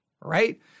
right